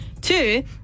Two